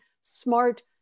smart